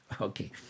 Okay